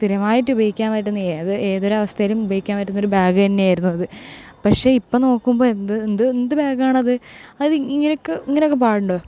സ്ഥിരമായിട്ട് ഉപയോഗിക്കാൻ പറ്റുന്ന ഏതൊരു അവസ്ഥയിലും ഉപയോഗിക്കാൻ പറ്റുന്നൊരു ബാഗ് തന്നെയായിരുന്നു അത് പക്ഷെ ഇപ്പോൾ നോക്കുമ്പോൾ എന്ത് എന്ത് എന്ത് ബാഗാണ് അത് ഇങ്ങനെയൊക്കെ ഇങ്ങനൊക്കെ പാടുണ്ടോ